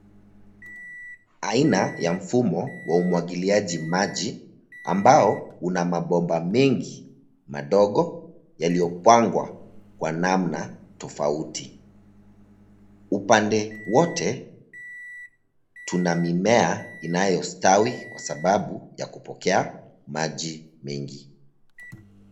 Aina ya mfumo wa umwagiliji maji ambao una mabomba mengi madogo yaliyopangwa kwa namna tofauti. Upande wote tuna mimea inayostawi kwa sababu ya kupokea maji mengi.